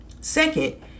Second